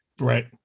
Right